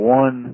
one